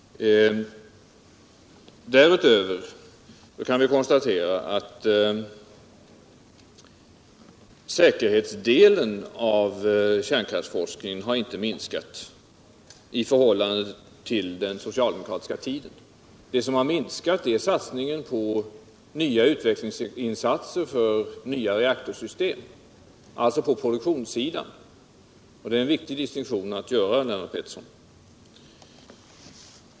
Därutöver kan vi konstatera att säkerhetsdelen av kärnkraftsforskningen inte har minskat i förhållande till den socialdemokratiska tiden. Det som har minskat är satsningarna på nya utvecklingsinsatser för nya reaktorsystem — alltså på produktionssidan. Det är en viktig distinktion, Lennart Pettersson.